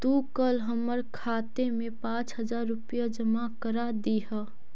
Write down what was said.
तू कल हमर खाते में पाँच हजार रुपए जमा करा दियह